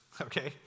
okay